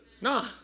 Nah